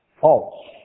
false